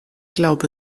glaube